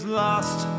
lost